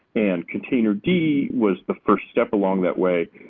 and container d was the first step along that way,